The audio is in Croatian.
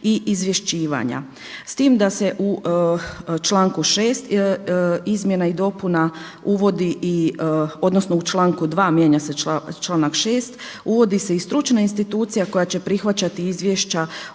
i izvješćivanja s tim da se u članku 6. izmjena i dopuna uvodi i odnosno u članku 2. mijenja se članak 6. uvodi se i stručna institucija koja će prihvaćati izvješća